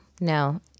no